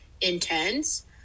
intense